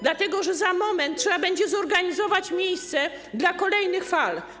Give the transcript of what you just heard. Dlatego że za moment trzeba będzie zorganizować miejsce dla kolejnych fal.